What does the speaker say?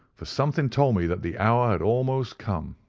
for something told me that the hour had almost come.